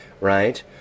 right